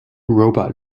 robot